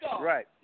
right